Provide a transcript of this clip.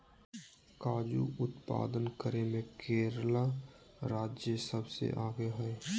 काजू उत्पादन करे मे केरल राज्य सबसे आगे हय